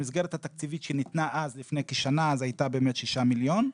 המסגרת התקציבית שניתנה אז לפני שנה הייתה שישה מיליון,